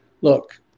look